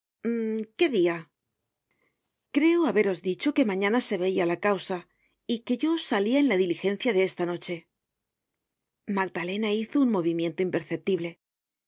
qué dia creo haberos dicho que mañana se veia la causa y que yo salia en la diligencia de esta noche magdalena hizo un movimiento imperceptible